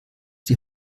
die